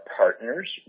partners